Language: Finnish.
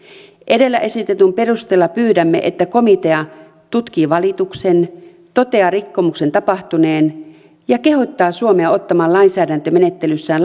edellä esitetyn perusteella pyydämme että komitea tutkii valituksen toteaa rikkomuksen tapahtuneen ja kehottaa suomea ottamaan lainsäädäntömenettelyssään